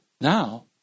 Now